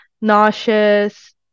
nauseous